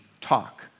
talk